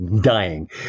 dying